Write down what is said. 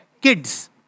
Kids